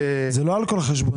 זה לא על כל חשבונית.